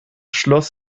schloss